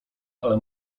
ale